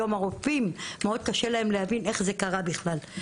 לרופאים עד היום קשה להבין איך זה קרה בכלל.